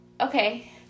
okay